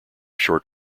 short